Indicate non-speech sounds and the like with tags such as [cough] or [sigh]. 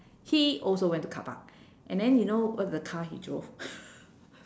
he also went to carpark and then you know what the car he drove [laughs]